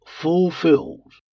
Fulfilled